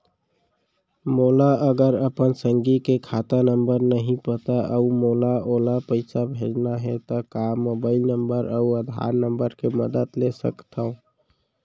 मोला अगर अपन संगी के खाता नंबर नहीं पता अऊ मोला ओला पइसा भेजना हे ता का मोबाईल नंबर अऊ आधार नंबर के मदद ले सकथव?